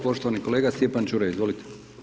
Poštovani kolega Stjepan Čuraj, izvolite.